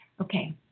Okay